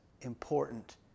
important